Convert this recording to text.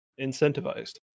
incentivized